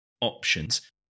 options